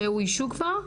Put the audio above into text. שאוישו כבר?